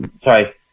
sorry